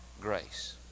grace